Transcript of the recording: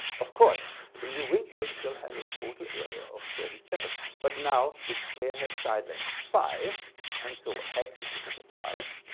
of course the new windmill still has a total area of thirty seven but now the square has side lengths five and so x is equal to five.